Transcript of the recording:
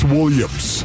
Williams